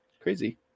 crazy